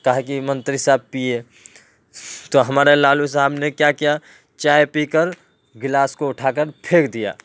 کہا کہ منتری صاحب پئیں تو ہمارے لالو صاحب نے کیا کیا چائے پی کر گلاس کو اٹھا کر پھینک دیا